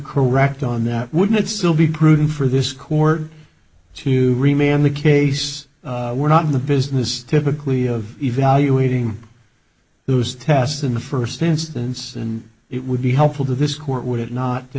correct on that would still be prudent for this court to remain on the case we're not in the business typically of evaluating those tests in the first instance and it would be helpful to this court would it not to